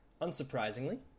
Unsurprisingly